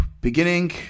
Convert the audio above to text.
beginning